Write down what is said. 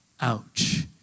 Ouch